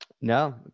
No